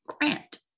grant